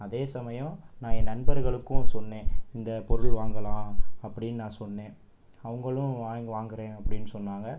அதே சமயம் நான் என் நண்பர்களுக்கும் சொன்னேன் இந்த பொருள் வாங்கலாம் அப்படினு நான் சொன்னேன் அவங்களும் வாங் வாங்கிறே அப்படினு சொன்னாங்க